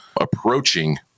approaching